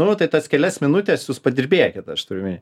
nu tai tas kelias minutes jus padirbėkit aš turiu omeny